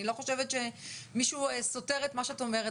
אני לא חושבת שמישהו סותר את מה שאת אומרת.